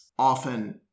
often